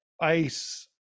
Ice